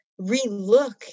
relook